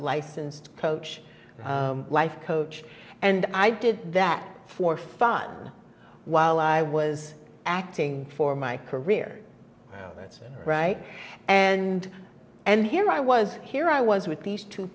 licensed coach life coach and i did that for fun while i was acting for my career that's right and and here i was here i was with these two